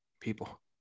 people